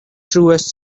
truest